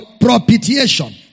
propitiation